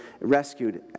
rescued